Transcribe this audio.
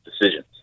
decisions